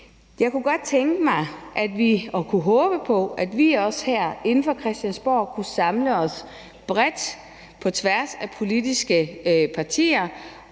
Jeg kunne godt tænke mig og håber på, at vi også herinde fra Christiansborg kan samle os bredt på tværs af politiske partier